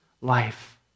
life